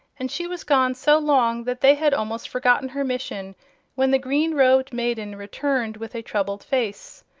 and she was gone so long that they had almost forgotten her mission when the green robed maiden returned with a troubled face.